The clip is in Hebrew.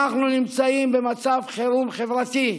אנחנו נמצאים במצב חירום חברתי.